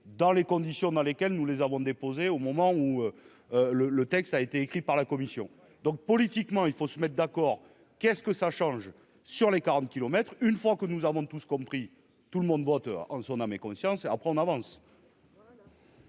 dans les conditions dans lesquelles nous les avons déposé au moment où le le texte a été écrit par la Commission, donc, politiquement, il faut se mettent d'accord qu'est-ce que ça change, sur les 40 kilomètres une fois que nous avons tous compris, tout le monde vote en son âme et conscience et après on avance.